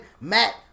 Matt